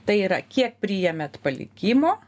tai yra kiek priėmėt palikimo